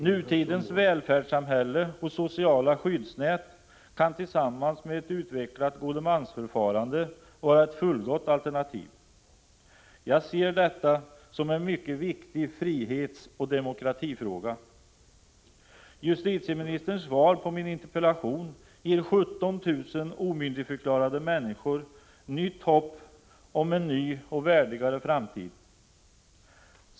Nutidens välfärdssamhälle och sociala skyddsnät kan tillsammans med ett utvecklat godmansförfarande vara ett fullgott alternativ. Jag ser detta som en mycket viktig frihetsoch demokratifråga. Justitieministerns svar på min interpellation ger 17 000 omyndigförklarade människor ett nytt hopp om en ny och värdigare framtid.